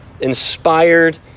inspired